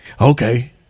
Okay